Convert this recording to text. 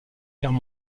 guerre